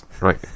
right